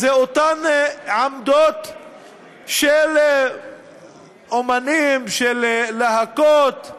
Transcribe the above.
זה עמדות של אמנים, להקות,